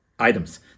items